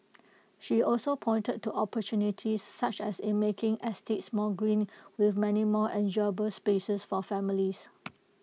she also pointed to opportunities such as in making estates more green with many more enjoyable spaces for families